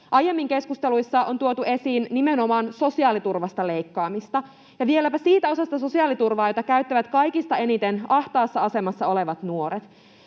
Aiemmin keskusteluissa on tuotu esiin nimenomaan sosiaaliturvasta leikkaamista ja vieläpä siitä osasta sosiaaliturvaa, jota käyttävät kaikista eniten ahtaassa asemassa olevat nuoret.